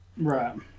Right